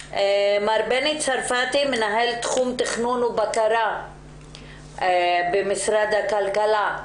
מנהל תחום תכנון ובקרה במשרד הכלכלה,